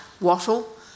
wattle